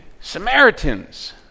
Samaritans